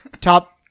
top